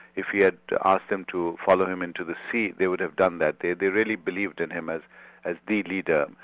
if he had asked them to follow him into the sea, they would have done that. they they really believed in him as as the leader.